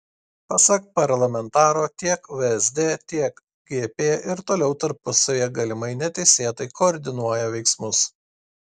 pasak parlamentaro tiek vsd tiek gp ir toliau tarpusavyje galimai neteisėtai koordinuoja veiksmus